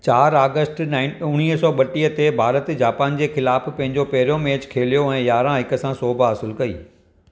चारि आगस्ट नाइ उणिवीह सौ ब॒टीह ते भारत जापान जे ख़िलाफ़ु पंहिंजो पहिर्यों मैच खेलियो ऐं यारहं हिक सां सोभ हासिलु कई